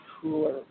cooler